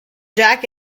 jack